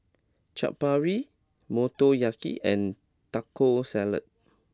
Chaat Papri Motoyaki and Taco Salad